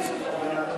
עוד,